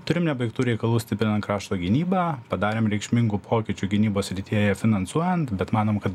turim nebaigtų reikalų stiprinant krašto gynybą padarėm reikšmingų pokyčių gynybos srityje ją finansuojant bet manom kad